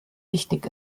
wichtig